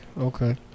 Okay